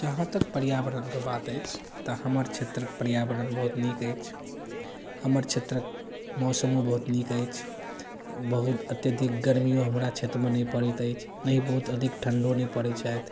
जहाँ तक पर्यावरणके बात अछि तऽ हमर क्षेत्रक पर्यावरण बहुत नीक अछि हमर क्षेत्रक मौसमो बहुत नीक अछि बहुत अत्यधिक गर्मियो हमरा क्षेत्रमे नहि पड़ैत अछि नहि बहुत अधिक ठण्डो नहि पड़ैत छथि